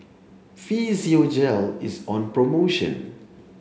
Physiogel is on promotion